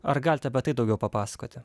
ar galite apie tai daugiau papasakoti